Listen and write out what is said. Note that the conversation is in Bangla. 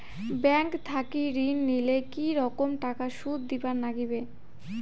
ব্যাংক থাকি ঋণ নিলে কি রকম টাকা সুদ দিবার নাগিবে?